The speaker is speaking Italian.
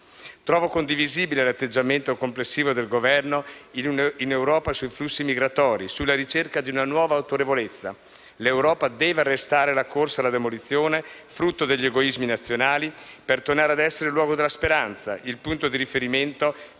Trovo condivisibile l'atteggiamento complessivo dell'Esecutivo in Europa sui flussi migratori, sulla ricerca di una nuova autorevolezza. L'Europa deve arrestare la corsa alla demolizione, frutto degli egoismi nazionali, per tornare a essere il luogo della speranza, il punto di riferimento per le generazioni